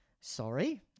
Sorry